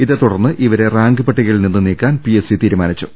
ഇതേ തുടർന്ന് ഇവരെ റാങ്ക് പട്ടികയിൽ നിന്ന് നീക്കാൻ പിഎസ്സി തീരുമാനിച്ചു